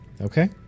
Okay